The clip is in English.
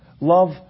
Love